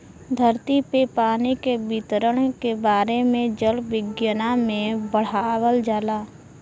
धरती पे पानी के वितरण के बारे में जल विज्ञना में पढ़ावल जाला